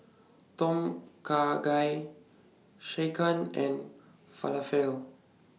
Tom Kha Gai Sekihan and Falafel